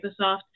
Microsoft